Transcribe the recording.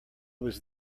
was